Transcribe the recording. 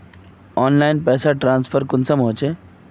Online पैसा transfer कुंसम होचे?